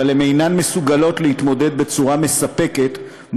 אבל הן אינן מסוגלות להתמודד בצורה מספקת עם